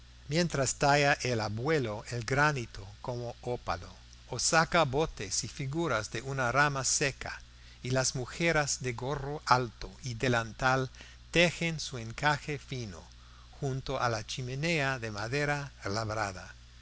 mientras talla el abuelo el granito como ópalo o saca botes y figuras de una rama seca y las mujeres de gorro alto y delantal tejen su encaje fino junto a la chimenea de madera labrada